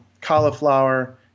cauliflower